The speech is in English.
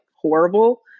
horrible